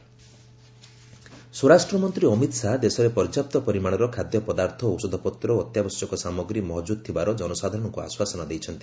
HM essential commodity ସ୍ୱରାଷ୍ଟ୍ର ମନ୍ତ୍ରୀ ଅମିତ ଶାହା ଦେଶରେ ପର୍ଯ୍ୟାପ୍ତ ପରିମାଣର ଖାଦ୍ୟପଦାର୍ଥ ଔଷଧପତ୍ର ଓ ଅତ୍ୟାବଶ୍ୟକ ସାମଗ୍ରୀ ମହକୁଦ୍ ଥିବାର କନସାଧାରଣଙ୍କୁ ଆଶ୍ୱାସନା ଦେଇଛନ୍ତି